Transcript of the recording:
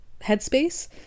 headspace